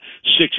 six-